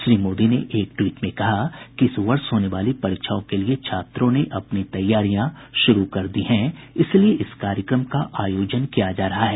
श्री मोदी ने एक ट्वीट में कहा कि इस वर्ष होने वाली परीक्षाओं के लिये छात्रों ने अपनी तैयारियां शुरू कर दी हैं इसलिए इस कार्यक्रम का आयोजन किया जा रहा है